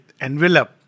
envelope